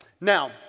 Now